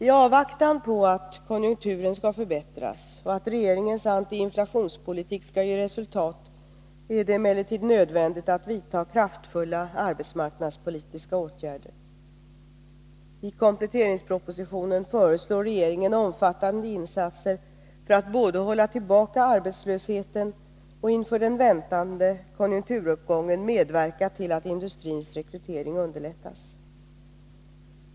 I avvaktan på att konjunkturen skall förbättras och att regeringens antiinflationspolitik skall ge resultat är det emellertid nödvändigt att vidta kraftfulla arbetsmarknadspolitiska åtgärder. I kompletteringspropositionen föreslår regeringen omfattande insatser för att både hålla tillbaka arbetslösheten och inför den väntade konjunkturuppgången medverka till att industrins rekrytering underlättas.